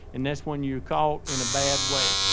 and that's when you are caught in a bad way.